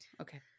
okay